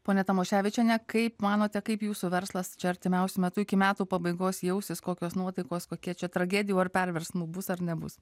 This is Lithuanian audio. ponia tamoševičiene kaip manote kaip jūsų verslas čia artimiausiu metu iki metų pabaigos jausis kokios nuotaikos kokia čia tragedijų ar perversmų bus ar nebus